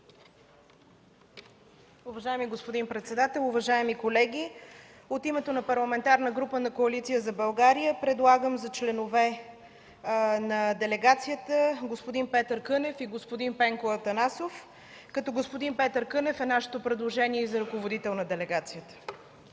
Уважаеми господин председател, уважаеми колеги! От името на Парламентарната група на Коалиция за България предлагам за членове на делегацията господин Петър Кънев и господин Пенко Атанасов, като господин Петър Кънев е нашето предложение за ръководител на делегацията.